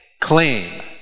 claim